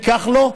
ניקח לו,